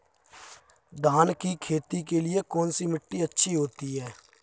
धान की खेती के लिए कौनसी मिट्टी अच्छी होती है?